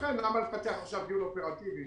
לכן, למה לפתח עכשיו דיון אופרטיבי